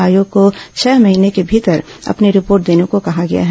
आयोग को छह महीने के भीतर अपनी रिपोर्ट देने को कहा गया है